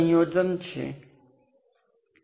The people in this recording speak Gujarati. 2 મિલી એમ્પીયર છે